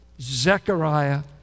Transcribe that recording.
Zechariah